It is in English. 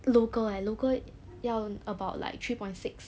local eh local 要 about like three point six